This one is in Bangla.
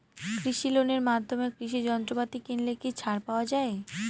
কৃষি লোনের মাধ্যমে কৃষি যন্ত্রপাতি কিনলে কি ছাড় পাওয়া যায়?